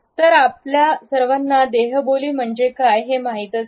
तर आपल्या सर्वांना देहबोली म्हणजे काय हे माहीतच आहे